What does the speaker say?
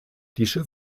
diese